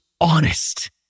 honest